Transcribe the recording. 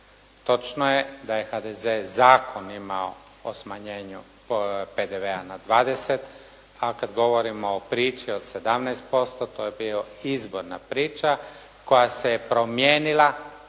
Točno je da je HDZ zakon imao o smanjenju PDV-a na 20, a kad govorimo o priči od 17%, to je bila izvorna priča koja se promijenila,